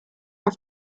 auf